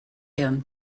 him